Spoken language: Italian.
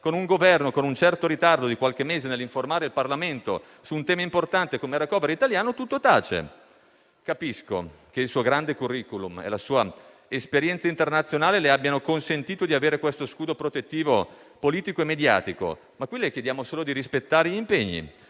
con un Governo con un certo ritardo di qualche mese nell'informare il Parlamento su un tema importante come il *recovery* italiano, tutto tace. Capisco che il suo grande *curriculum* e la sua esperienza internazionale le abbiano consentito di avere uno scudo protettivo politico e mediatico, ma qui le chiediamo solo di rispettare gli impegni.